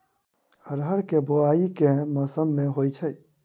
अरहर केँ बोवायी केँ मौसम मे होइ छैय?